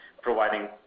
providing